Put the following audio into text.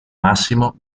massimo